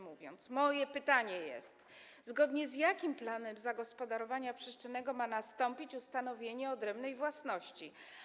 Moje pytanie brzmi: Zgodnie z jakim planem zagospodarowania przestrzennego ma nastąpić ustanowienie odrębnej własności?